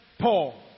Paul